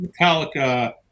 Metallica